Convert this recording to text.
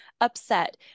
Upset